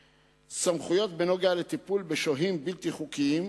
סמכויות בכל הקשור לטיפול בשוהים בלתי חוקיים,